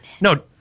No